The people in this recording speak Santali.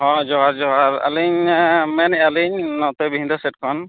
ᱦᱟᱸ ᱡᱚᱦᱟᱨ ᱡᱚᱦᱟᱨ ᱟᱹᱞᱤᱧ ᱢᱮᱱᱮᱫᱼᱟᱞᱤᱧ ᱱᱚᱛᱮ ᱵᱤᱱᱰᱟᱹ ᱥᱮᱫ ᱠᱷᱚᱱ